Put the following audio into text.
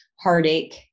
heartache